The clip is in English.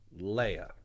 Leia